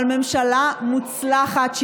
אבל ממשלה מוצלחת,